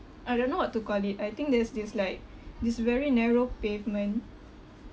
I don't know what to call it I think there's this like this very narrow pavement